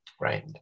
right